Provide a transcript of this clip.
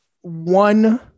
one